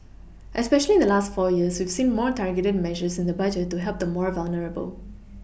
especially in the last four years we've seen more targeted measures in the budget to help the more vulnerable